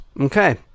Okay